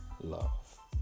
love